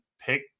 pick